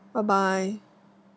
bye bye